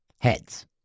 Heads